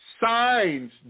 signs